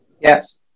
yes